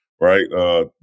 Right